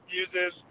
uses